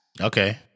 Okay